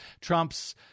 Trump's